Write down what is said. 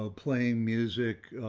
ah playing music,